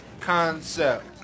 concept